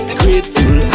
grateful